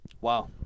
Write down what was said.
Wow